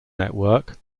network